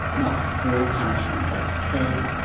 not for punishment, that's key.